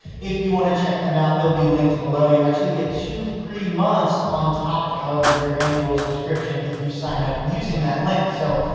if you want to check them out, they'll be linked below. you actually get two free months on top of your annual subscription if you sign up using that link. so,